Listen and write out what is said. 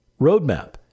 roadmap